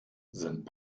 sind